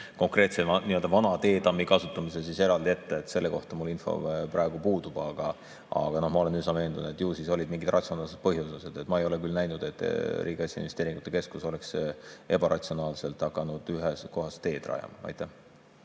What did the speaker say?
konkreetse nii-öelda vana teetammi kasutamise eraldi ette. Mul info praegu puudub, aga ma olen üsna veendunud, et ju siis olid mingid ratsionaalsed põhjused. Ma ei ole küll näinud, et Riigi Kaitseinvesteeringute Keskus oleks ebaratsionaalselt hakanud ühes kohas teed rajama. Aitäh!